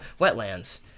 wetlands